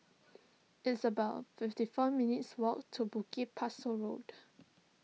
it's about fifty four minutes' walk to Bukit Pasoh Road